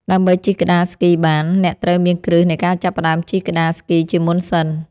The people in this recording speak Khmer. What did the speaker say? ដើម្បីជិះក្ដារស្គីបាន អ្នកត្រូវមានគ្រឹះនៃការចាប់ផ្ដើមជិះក្ដារស្គីជាមុនសិន។